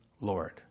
Lord